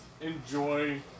enjoy